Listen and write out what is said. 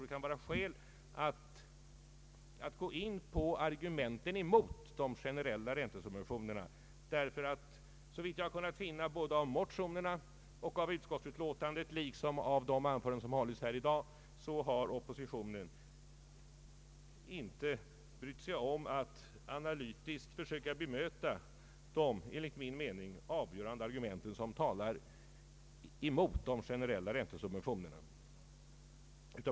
Det kan vara skäl att gå in på argumenten mot de generella räntesubventionerna. Såvitt jag kunnat finna av motionerna och utskottsutlåtandet liksom av de anföranden som hållits här i dag har oppositionen inte brytt sig om att analytiskt försöka bemöta de enligt min mening avgörande argument som talar mot en generell räntesubvention.